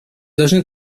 должны